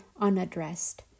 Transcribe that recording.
unaddressed